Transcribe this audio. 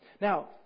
Now